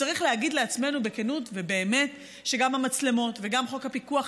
צריך להגיד לעצמנו בכנות ובאמת שגם המצלמות וגם חוק הפיקוח,